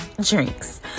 drinks